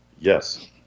yes